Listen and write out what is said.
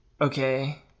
Okay